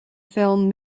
film